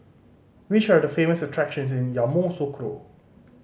which are the famous attractions in Yamoussoukro